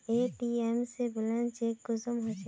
ATM से balance check कुंसम होचे?